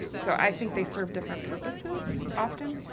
so i think they serve different purposes often,